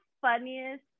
funniest